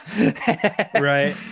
Right